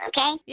Okay